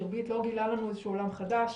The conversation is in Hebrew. שירביט לא גילה לנו איזה עולם חדש.